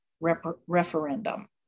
referendum